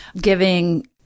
giving